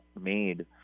made